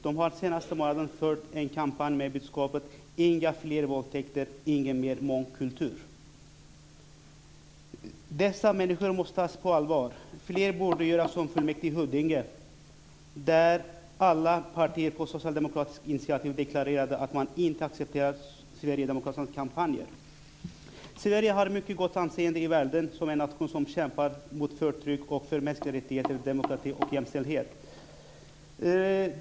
De har den senaste månaden fört en kampanj med budskapet: Inga fler våldtäkter, ingen mer mångkultur. Dessa människor måste tas på allvar. Fler borde göra som fullmäktige i Huddinge, där alla partier på socialdemokratiskt initiativ deklarerade att man inte accepterar Sverigedemokraternas kampanjer. Sverige har mycket gott anseende i världen som en nation som kämpar mot förtryck och för mänskliga rättigheter, demokrati och jämställdhet.